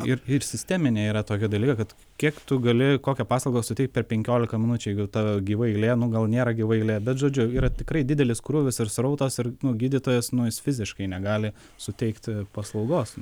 ir ir sisteminė yra tokio dalyko kad kiek tu gali kokią paslaugą suteikt per penkiolika minučių jeigu ta gyva eilė nu gal nėra gyva eilė bet žodžiu yra tikrai didelis krūvis ir srautas ir nu gydytojas nu jis fiziškai negali suteikti paslaugos